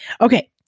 Okay